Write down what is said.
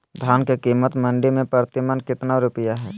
धान के कीमत मंडी में प्रति मन कितना रुपया हाय?